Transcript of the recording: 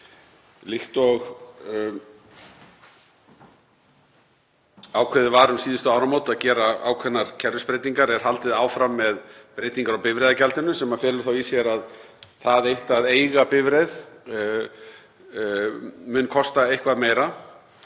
Líkt og og ákveðið var um síðustu áramót, að gera ákveðnar kerfisbreytingar, er haldið áfram með breytingar á bifreiðagjaldinu. Það felur í sér að það eitt að eiga bifreið mun kosta eitthvað meira